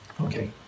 Okay